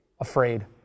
afraid